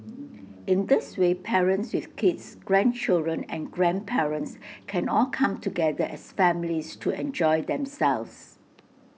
in this way parents with kids grandchildren and grandparents can all come together as families to enjoy themselves